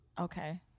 Okay